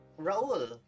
Raul